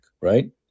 Right